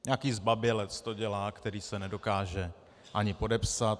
Nějaký zbabělec to dělá, který se nedokáže ani podepsat.